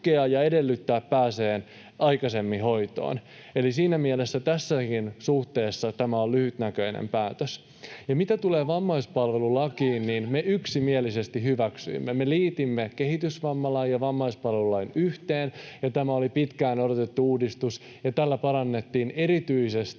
ja edellyttää pääsemään aikaisemmin hoitoon. Eli siinä mielessä tässäkin suhteessa tämä on lyhytnäköinen päätös. Mitä tulee vammaispalvelulakiin, niin me yksimielisesti hyväksyimme sen. Me liitimme kehitysvammalain ja vammaispalvelulain yhteen. Tämä oli pitkään odotettu uudistus, ja tällä parannettiin erityisesti